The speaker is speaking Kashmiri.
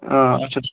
اَچھا